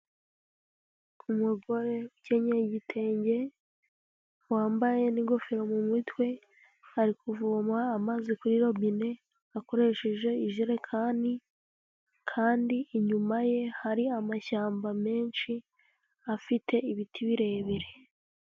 Umugore ukenyeye igitenge wambaye n'ingofero mu mutwe, ari kuvoma amazi kuri robine akoresheje ijerekani, kandi inyuma ye hari amashyamba menshi, afite ibiti birebire.